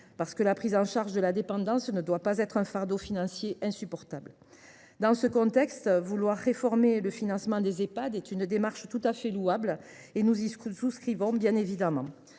effet, la prise en charge de la dépendance ne saurait être un fardeau financier insupportable. Dans ce contexte, vouloir réformer le financement des Ehpad est une démarche tout à fait louable, et nous y souscrivons évidemment